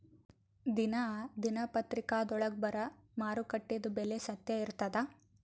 ದಿನಾ ದಿನಪತ್ರಿಕಾದೊಳಾಗ ಬರಾ ಮಾರುಕಟ್ಟೆದು ಬೆಲೆ ಸತ್ಯ ಇರ್ತಾದಾ?